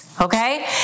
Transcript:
Okay